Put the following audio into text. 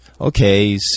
okay